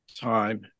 time